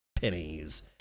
pennies